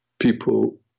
people